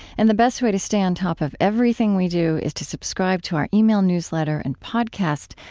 and the best way to stay on top of everything we do is to subscribe to our email newsletter and podcast.